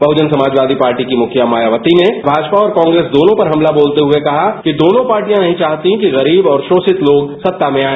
Bahujan Samajwadi Party की मुखिया मायावती ने भाजपा और कांग्रेस दोनों पर हमला बोलते हुए कहा कि दोनों पार्टियां नहीं चाहती कि गरीब और शोषित लोग सत्ता में औए